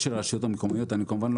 כמובן,